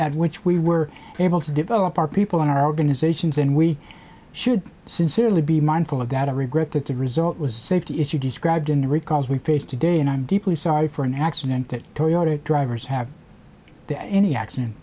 at which we were able to develop our people in our organizations and we should sincerely be mindful of that i regret that the result was a safety issue described in the recalls we face today and i'm deeply sorry for an accident that toyota drivers have any accident